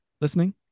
listening